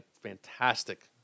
fantastic